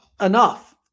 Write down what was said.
enough